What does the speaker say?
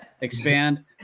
expand